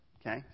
okay